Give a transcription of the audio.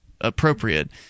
appropriate